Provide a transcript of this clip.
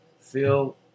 feel